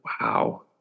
Wow